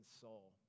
soul